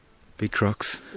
big crocs.